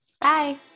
Bye